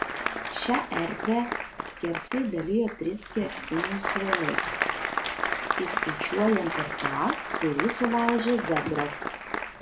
šią erdvę skersai dalijo trys skersiniai suolai įskaičiuojant ir tą kurį sulaužė zebras